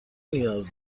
نیاز